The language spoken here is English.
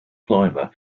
climber